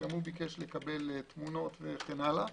גם הוא ביקש לקבל תמונות וכן הלאה.